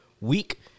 week